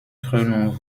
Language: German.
krönung